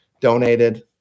donated